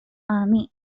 army